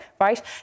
right